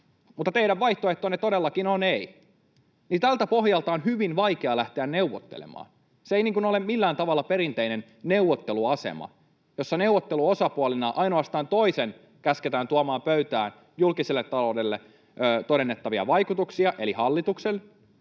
kun teidän vaihtoehtonne todellakin on ”ei”, niin tältä pohjalta on hyvin vaikea lähteä neuvottelemaan. Se ei ole millään tavalla perinteinen neuvotteluasema, jossa neuvotteluosapuolista ainoastaan toisen eli hallituksen käsketään tuomaan pöytään julkiselle taloudelle todennettavia vaikutuksia ja sitten